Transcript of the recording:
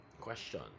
Question